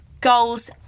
goals